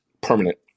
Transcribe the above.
permanent